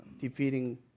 defeating